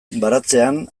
baratzean